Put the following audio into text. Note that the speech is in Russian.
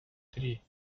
три